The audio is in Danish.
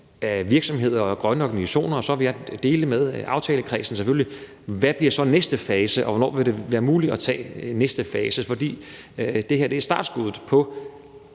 virksomheder og grønne organisationer. Og så vil jeg selvfølgelig dele med aftalekredsen, hvad der så bliver næste fase, og hvornår det vil være muligt at tage hul på næste fase. For det her er startskuddet